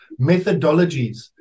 methodologies